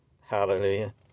Hallelujah